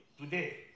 today